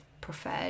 preferred